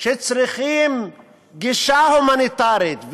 שצריכים גישה הומניטרית,